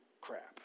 crap